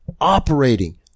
operating